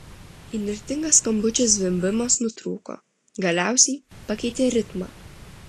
įnirtingas skambučio zvimbimas nutrūko galiausiai pakeitė ritmą